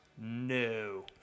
No